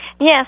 Yes